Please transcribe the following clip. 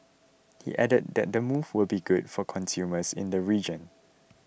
he added that the move will be good for consumers in the region